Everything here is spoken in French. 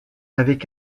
avec